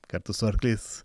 kartu su arkliais